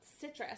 citrus